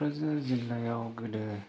क'क्राझार जिल्लायाव गोदोनि